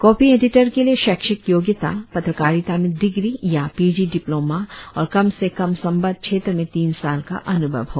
copy editor के लिए शैक्षिक योग्यता पत्रकारिता में डीग्री या पी जी डिप्लोमा और कम से कम संबद्ध क्षेत्र में तीन साल का अन्भव हो